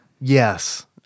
Yes